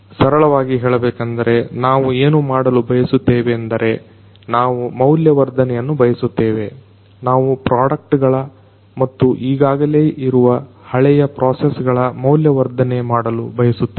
ಸರಳವಾಗಿ ಹೇಳಬೇಕೆಂದರೆ ನಾವು ಏನುಮಾಡಲು ಬಯಸುತ್ತೇವೆಂದರೆ ನಾವು ಮೌಲ್ಯವರ್ಧನೆಯನ್ನ ಬಯಸುತ್ತೇವೆ ನಾವು ಪ್ರಾಡಕ್ಟ್ ಗಳ ಮತ್ತು ಈಗಾಗಲೆಯಿರುವ ಹಳೆಯ ಪ್ರೊಸೆಸ್ಗಳ ಮೌಲ್ಯವರ್ಧನೆಮಾಡಲು ಬಯಸುತ್ತೇವೆ